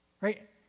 right